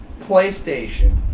PlayStation